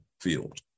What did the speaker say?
field